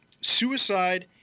Suicide